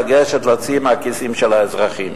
לגשת ולהוציא מהכיסים של האזרחים.